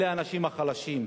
אלה האנשים החלשים,